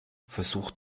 versucht